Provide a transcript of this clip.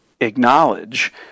acknowledge